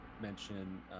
mention